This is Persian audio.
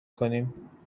کنیم